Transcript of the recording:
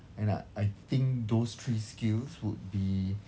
and I I think those three skills would be